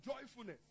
joyfulness